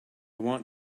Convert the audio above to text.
want